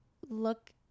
look